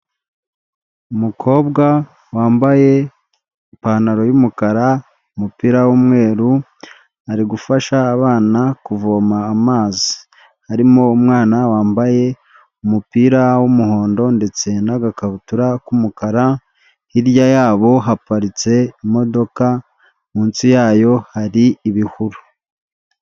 Umukobwa wambaye ipantaro y'umukara, umupira w'umweru, ari gufasha abana kuvoma amazi. Harimo umwana wambaye umupira w'umuhondo ndetse n'agakabutura k'umukara, hirya yabo haparitse imodoka, munsi yayo hari ibihuru.